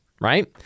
right